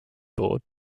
board